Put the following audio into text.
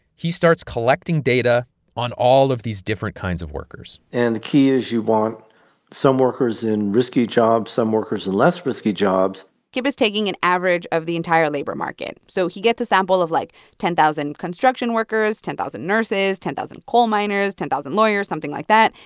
he starts collecting data on all of these different kinds of workers and the key is, you want some workers in risky jobs, some workers in less-risky jobs kip is taking an average of the entire labor market. so he gets a sample of, like, ten thousand construction workers, ten thousand nurses, ten thousand coal miners, ten thousand lawyers something like that.